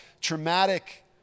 traumatic